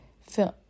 film